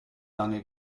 lange